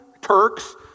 Turks